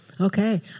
Okay